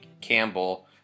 Campbell